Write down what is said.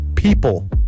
people